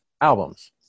albums